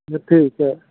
जी ठीक है